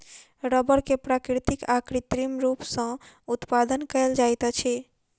रबड़ के प्राकृतिक आ कृत्रिम रूप सॅ उत्पादन कयल जाइत अछि